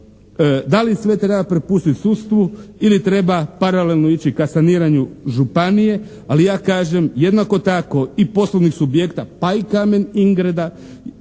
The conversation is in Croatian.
Da li sve treba prepustiti sudstvu ili treba paralelno ići ka saniranju županije, ali ja kažem, jednako tako i poslovnih subjekta pa i "Kamen Ingrada"